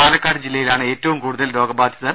പാലക്കാട് ജില്ലയിലാണ് ഏറ്റവും കൂടുതൽ രോഗബാധിതർ